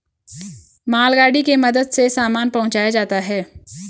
मालगाड़ी के मदद से सामान पहुंचाया जाता है